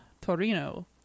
Torino